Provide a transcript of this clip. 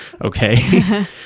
okay